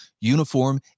uniform